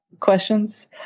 questions